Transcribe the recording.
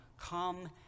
come